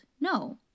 no